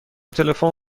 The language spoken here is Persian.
تلفن